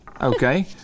okay